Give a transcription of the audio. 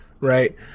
right